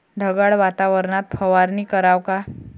ढगाळ वातावरनात फवारनी कराव का?